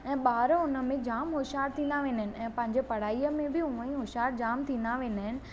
ऐं ॿार हुन में जाम होशियार थींदा वेंदा आहिनि ऐं पंहिंजे पढ़ाईअ में बि हूअ ई जाम होशियार थींदा वेंदा आहिनि